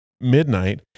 midnight